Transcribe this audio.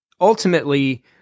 ultimately